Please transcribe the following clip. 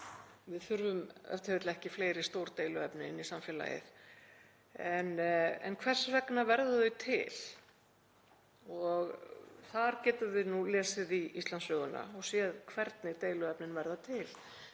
við þurfum e.t.v. ekki fleiri stór deiluefni inn í samfélagið. En hvers vegna verða þau til? Þar getum við lesið í Íslandssöguna og séð hvernig deiluefnin verða til.